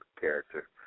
character